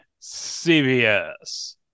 CBS